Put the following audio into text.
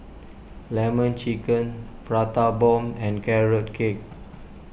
Lemon Chicken Prata Bomb and Carrot Cake